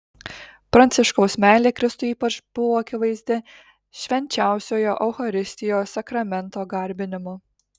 pranciškaus meilė kristui ypač buvo akivaizdi švenčiausiojo eucharistijos sakramento garbinimu